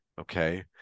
okay